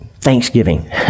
Thanksgiving